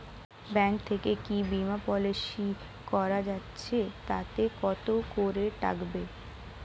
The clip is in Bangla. ব্যাঙ্ক থেকে কী বিমাজোতি পলিসি করা যাচ্ছে তাতে কত করে কাটবে?